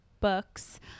books